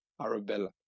arabella